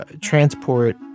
transport